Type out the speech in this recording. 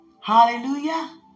Hallelujah